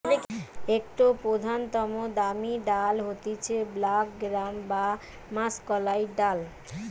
একটো প্রধানতম দামি ডাল হতিছে ব্ল্যাক গ্রাম বা মাষকলাইর ডাল